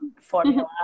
formula